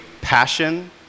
passion